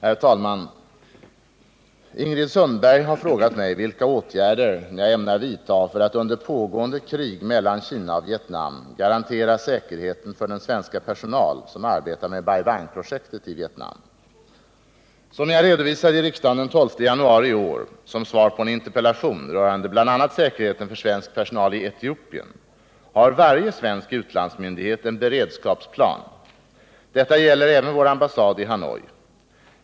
Herr talman! Ingrid Sundberg har frågat mig vilka åtgärder jag ämnar vidtaga för att under pågående krig mellan Kina och Vietnam garantera säkerheten för den svenska personal som arbetar med Bai Bang-projektet i Vietnam. Som jag redovisade i riksdagen den 12 januari i år, som svar på en interpellation rörande bl.a. säkerheten för svensk personal i Etiopien, har varje svensk utlandsmyndighet en beredskapsplan. Detta gäller även vår ambassad i Hanoi.